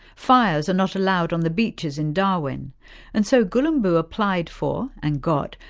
fires are not allowed on the beaches in darwin and so gulumbu applied for, and got,